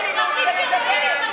תגלה רצינות ותדבר.